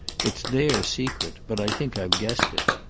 it's their secret, but i think i've guessed it.